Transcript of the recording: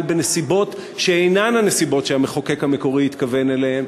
בנסיבות שאינן הנסיבות שהמחוקק המקורי התכוון אליהן,